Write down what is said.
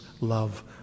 love